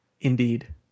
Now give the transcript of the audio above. Indeed